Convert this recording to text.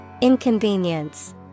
Inconvenience